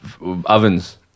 ovens